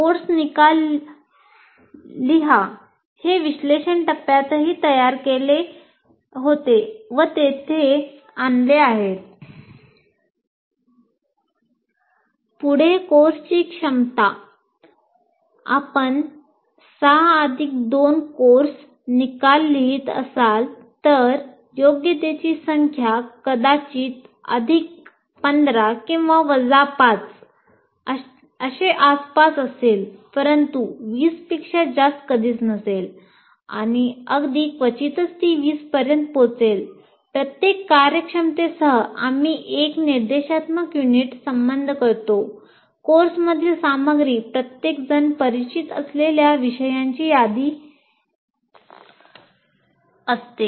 course निकाल लिहा पुढे कोर्सची क्षमता कोर्समधील सामग्री प्रत्येकजणांना परिचित असलेल्या विषयांची यादी असते